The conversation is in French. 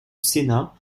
sénat